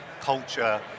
culture